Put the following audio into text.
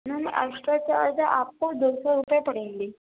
میم extra charge آپ کو دو سو روپے پڑیں گی